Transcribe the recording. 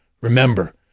Remember